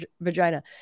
vagina